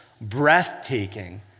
breathtaking